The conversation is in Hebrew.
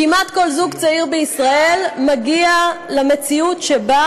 כמעט כל זוג צעיר בישראל מגיע למציאות שבה